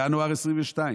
ינואר 2022,